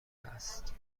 است